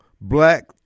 black